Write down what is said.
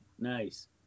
Nice